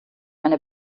eine